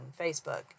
Facebook